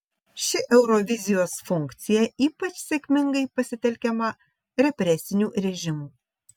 ši eurovizijos funkcija ypač sėkmingai pasitelkiama represinių režimų